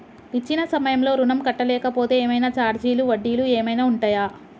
ఇచ్చిన సమయంలో ఋణం కట్టలేకపోతే ఏమైనా ఛార్జీలు వడ్డీలు ఏమైనా ఉంటయా?